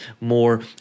more